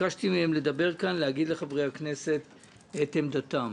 ביקשתי מהם לדבר כאן, להגיד לחברי הכנסת את עמדתם.